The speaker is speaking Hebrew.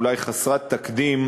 אולי חסרת תקדים,